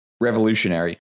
Revolutionary